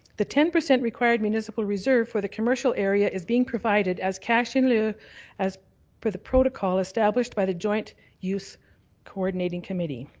the ten percent required municipal reserve for the commercial area is being provided as cash in lieu as for the protocol established by the joint use cordinating committee.